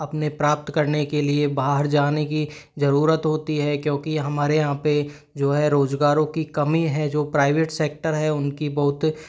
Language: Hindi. अपने प्राप्त करने के लिए बाहर जाने की जरुरत होती है क्योंकि हमारे यहाँ पे जो है रोजगारों की कमी है जो प्राइवेट सेक्टर है उनकी बहुत